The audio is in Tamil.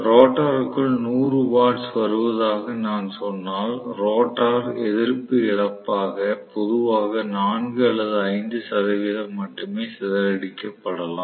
ரோட்டருக்குள் 100 வாட்ஸ் வருவதாக நான் சொன்னால் ரோட்டார் எதிர்ப்பு இழப்பாக பொதுவாக 4 அல்லது 5 சதவீதம் மட்டுமே சிதறடிக்கப்படலாம்